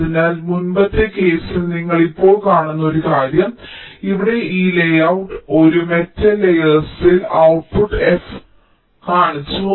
അതിനാൽ മുമ്പത്തെ കേസിൽ നിങ്ങൾ ഇപ്പോൾ കാണുന്ന ഒരു കാര്യം ഇവിടെ ഈ ലേഔട്ട് ഒരു മെറ്റൽ ലേയേർസിൽ ഔട്ട്പുട്ട് f എടുക്കുന്നതായി കാണിച്ചു